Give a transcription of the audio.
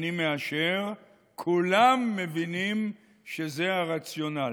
אני מאשר, כולם מבינים שזה הרציונל.